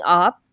up